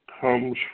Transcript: comes